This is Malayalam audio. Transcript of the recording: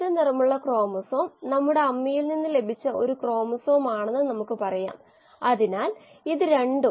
ബയോ റിയാക്ടറുകൾ ഉപയോഗിച്ച് വിവിധ ആവശ്യങ്ങൾക്കായി ഉപയോഗിക്കുന്ന സ്റ്റെം സെല്ലുകളും നമുക്ക് വളർത്താം